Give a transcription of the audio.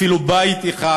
אפילו בית אחד